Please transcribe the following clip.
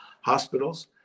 hospitals